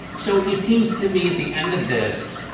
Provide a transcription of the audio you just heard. so it seems to me at the end of this,